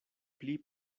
pli